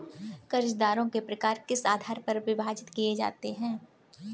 कर्जदारों के प्रकार किस आधार पर विभाजित किए जाते हैं?